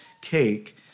cake